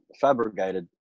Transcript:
fabricated